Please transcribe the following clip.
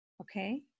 Okay